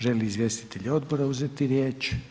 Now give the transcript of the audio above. Žele li izvjestitelji odbora uzeti riječ?